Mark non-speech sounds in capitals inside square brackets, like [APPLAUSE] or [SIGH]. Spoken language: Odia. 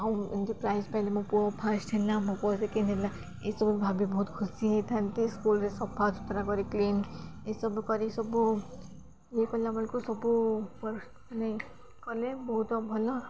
ଆଉ ଏମିତି ପ୍ରାଇଜ୍ ପାଇଲି ମୋ ପୁଅ ଫାଷ୍ଟ ହେଲା ମୋ ପୁଅ ସେକେଣ୍ଡ ହେଲା ଏସବୁ ଭାବି ବହୁତ ଖୁସି ହେଇଥାନ୍ତି ସ୍କୁଲ୍ରେ ସଫା ସୁୁତୁରା କରିି କ୍ଲିନ୍ ଏସବୁ କରି ସବୁ ଇଏ କଲା ବେଳକୁ ସବୁ [UNINTELLIGIBLE] ମାନେ କଲେ ବହୁତ ଭଲ